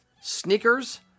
sneakers